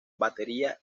batería